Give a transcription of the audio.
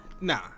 Nah